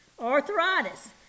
arthritis